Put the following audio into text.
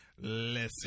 Listen